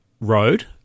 Road